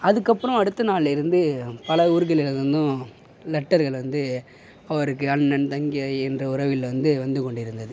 அதுக்கு அப்புறம் அடுத்த நாள்லேருந்து பல ஊர்களில் இருந்தும் லெட்டர்கள் வந்து அவருக்கு அண்ணன் தங்கை என்ற உறவில் வந்து வந்து கொண்டிருந்தது